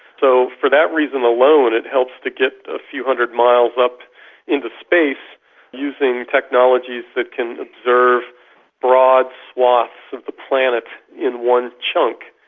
so for that reason alone it helps to get a few hundred miles up into space using technologies that can observe broad swathes of the planet in one chunk.